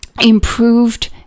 improved